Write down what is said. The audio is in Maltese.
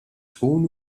tkun